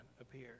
appear